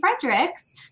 Fredericks